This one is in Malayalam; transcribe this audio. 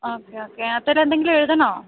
ഓകേ ഓക്കേ അതിൽ എന്തെങ്കിലും എഴുതണമോ